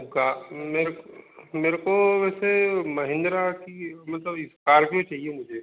मेरे को मेरे को वैसे महिंद्रा की मतलब स्कॉर्पियो चाहिए मुझे